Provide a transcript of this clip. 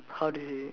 how do you say